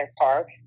park